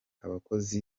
abakoze